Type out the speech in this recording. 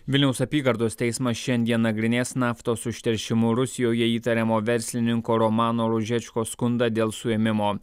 vilniaus apygardos teismas šiandien nagrinės naftos užteršimu rusijoje įtariamo verslininko romano ružečko skundą dėl suėmimo